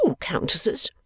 countesses